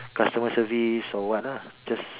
customer service or what lah just